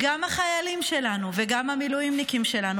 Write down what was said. גם מהחיילים שלנו וגם מהמילואימניקים שלנו